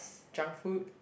junk food